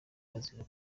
bazira